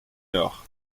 nord